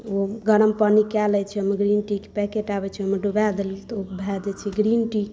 ओ गरम पानी कऽ लै छै ग्रीन टी के पैकेट आबै छै ओहिमे डुबा देलहुँ तऽ ओ भऽ जाइ छै ग्रीन टी